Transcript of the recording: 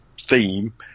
theme